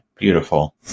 Beautiful